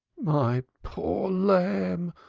my poor lamb!